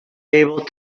able